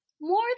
more